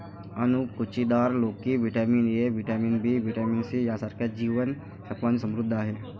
अणकुचीदार लोकी vitamin A, vitamin B, vitamin C यांसारख्या जीवन सत्त्वांनी समृद्ध आहे